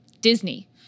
Disney